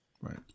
Right